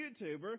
YouTuber